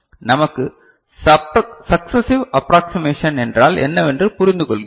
நமக்கு successive approximation என்றால் என்னவென்று புரிந்து கொள்கிறோம்